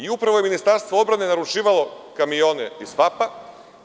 Upravo je Ministarstvo odbrane naručivalo kamione iz FAP-a.